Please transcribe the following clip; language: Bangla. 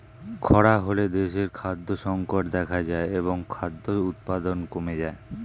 খরা হলে দেশে খাদ্য সংকট দেখা যায় এবং খাদ্য উৎপাদন কমে যায়